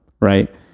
right